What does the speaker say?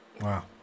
Wow